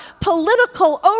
political